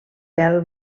pèl